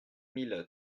mille